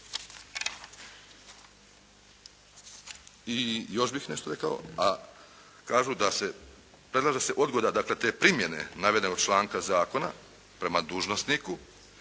I još bih nešto rekao, a kažu da se, predlaže se odgoda te primjene navedenog članka zakona prema dužnosniku